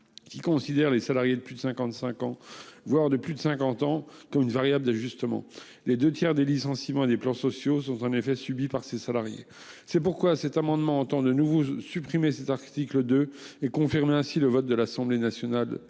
Qui considèrent les salariés de plus de 55 ans, voire de plus de 50 ans qui ont une variable d'ajustement les 2 tiers des licenciements et des plans sociaux sont en effet subies par ses salariés, c'est pourquoi cet amendement entend de nouveau supprimer cet article de et confirmer ainsi le vote de l'Assemblée nationale